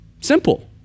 simple